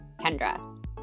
Kendra